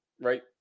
right